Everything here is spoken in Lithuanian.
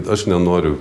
aš nenoriu